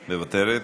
מוותרת,